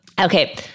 Okay